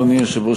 אדוני היושב-ראש,